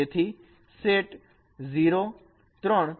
તેથી સેટ 0 3